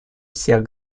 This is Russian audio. всех